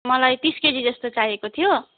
मलाई तिस केजी जस्तो चाहिएको थियो